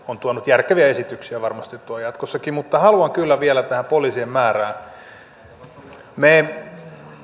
on tuonut järkeviä esityksiä ja varmasti tuo jatkossakin mutta haluan kyllä vielä palata tähän poliisien määrään me